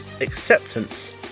acceptance